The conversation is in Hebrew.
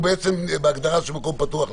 הוא בהגדרה של מקום פתוח לציבור.